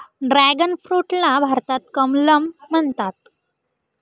dragon फ्रूटला भारतात कमलम म्हणतात